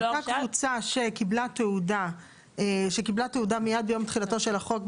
אותה קבוצה שקיבלה תעודה מיד ביום תחילתו של החוק,